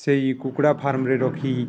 ସେଇ କୁକୁଡ଼ା ଫାର୍ମରେ ରଖି